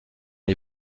les